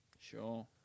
Sure